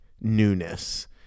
newness